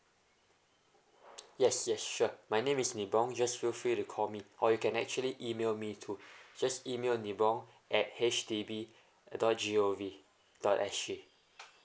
yes yes sure my name is nee bong just feel free to call me or you can actually email me too just email nee bong at H D B dot g o v dot s g